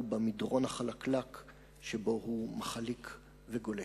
במדרון החלקלק שבו הוא מחליק וגולש.